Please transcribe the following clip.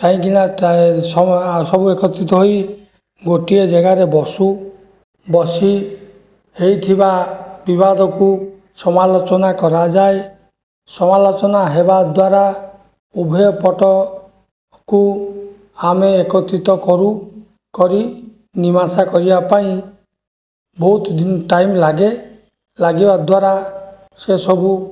କାହିଁକିନା ସବୁ ଏକତ୍ରିତ ହୋଇ ଗୋଟିଏ ଜାଗାରେ ବସୁ ବସି ହେଇଥିବା ବିବାଦକୁ ସମାଲୋଚନା କରାଯାଏ ସମାଲୋଚନା ହେବା ଦ୍ୱାରା ଉଭୟ ପଟକୁ ଆମେ ଏକତ୍ରିତ କରୁ କରି ନିମାସା କରିବା ପାଇଁ ବହୁତ ଦିନ ଟାଇମ ଲାଗେ ଲାଗିବା ଦ୍ୱାରା ସେସବୁ